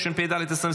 התשפ"ד 2024,